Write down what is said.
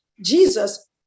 Jesus